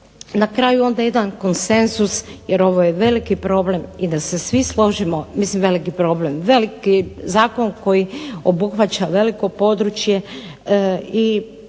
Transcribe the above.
na kraju onda jedan konsenzus jer ovo je veliki problem. I da se svi složimo. Mislim veliki problem, veliki zakon koji obuhvaća veliko područje.